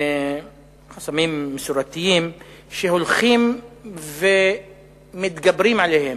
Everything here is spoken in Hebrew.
חסמים מסורתיים שהולכים ומתגברים עליהם,